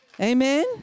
Amen